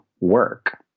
work